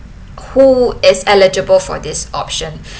who is eligible for this option